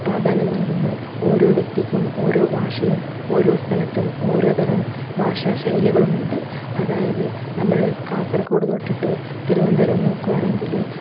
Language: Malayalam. പ്രാധാന്യം നല്കുന്നത് ഓരോ വ്യക്തിക്കും ഓരോ ഭാഷയും ഓരോ സ്ഥലത്തും ഓരോ തരം ഭാഷാശൈലികളും ഉണ്ട് അതായത് നമ്മൾ കാസർഗോഡ് തൊട്ടിട്ട് തിരുവനന്തപുരം നോക്കുകയാണെങ്കിൽ